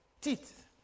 teeth